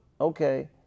okay